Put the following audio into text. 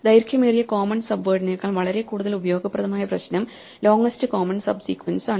ദൈർഘ്യമേറിയ common sub വേർഡിനേക്കാൾ വളരെ കൂടുതൽ ഉപയോഗപ്രദമായ പ്രശ്നം ലോങ്ങ്സ്റ്റ് കോമൺ സബ് സീക്വൻസ് ആണ്